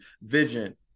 vision